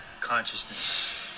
consciousness